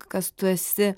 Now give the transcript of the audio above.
kas tu esi